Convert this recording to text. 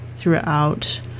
throughout